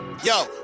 Yo